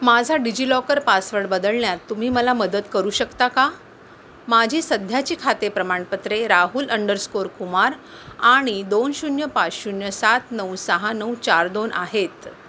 माझा DigiLocker password बदलण्यात तुम्ही मला मदत करू शकता का माझी सध्याची खाते प्रमाणपत्रे राहुल अंडरस्कोअर कुमार आणि दोन शून्य पाच शून्य सात नऊ सहा नऊ चार दोन आहेत